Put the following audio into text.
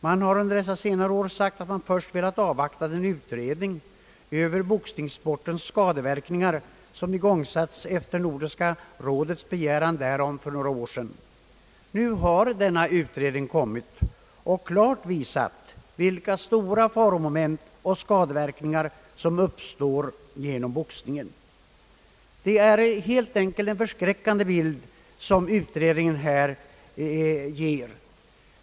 Man har under senare år sagt att man först velat avvakta den utredning över boxningssportens skadeverkningar som igångsatts efter Nordiska rådets begäran därom för några år sedan. Nu har en utredning kommit och klart visat vilka stora faromoment och skadeverkningar som uppstår genom boxningen. Det är en förskräckande bild som utredningen här ger.